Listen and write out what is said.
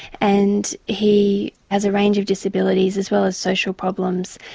and he has a range of disabilities, as well as social problems,